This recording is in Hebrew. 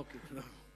אוקיי, תודה.